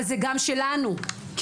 אבל זה גם שלנו כהורים,